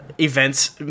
Events